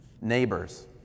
neighbors